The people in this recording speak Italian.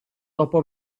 dopo